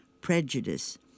prejudice